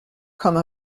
comme